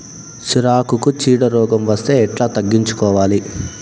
సిరాకుకు చీడ రోగం వస్తే ఎట్లా తగ్గించుకోవాలి?